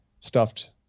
Stuffed